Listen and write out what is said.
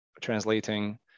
translating